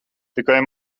tikai